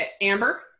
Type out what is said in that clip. Amber